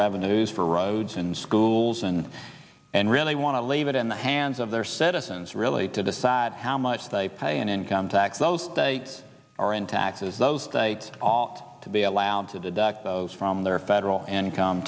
revenues for roads and schools and and really want to leave it in the hands of their citizens really to decide how much they pay in income tax those that are in taxes those they ought to be allowed to deduct those from their federal income